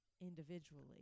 individually